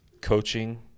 coaching